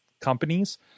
companies